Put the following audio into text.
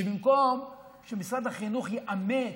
במקום שמשרד החינוך יאמץ,